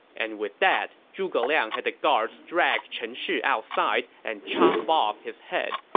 and with that, zhuge liang had the guards drag chen shi outside and chop off his head,